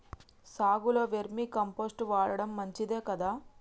సాగులో vermi compost వాడటం మంచిదే కదా?